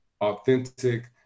authentic